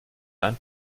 einen